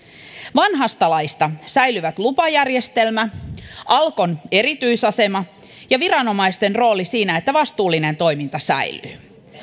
vanhasta laista säilyvät lupajärjestelmä alkon erityisasema ja viranomaisten rooli siinä että vastuullinen toiminta säilyy